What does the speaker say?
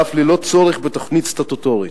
ואף ללא צורך בתוכנית סטטוטורית.